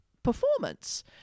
performance